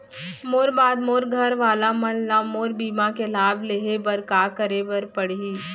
मोर बाद मोर घर वाला मन ला मोर बीमा के लाभ लेहे बर का करे पड़ही?